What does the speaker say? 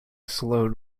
slowed